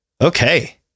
Okay